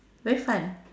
very fun